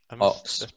Ox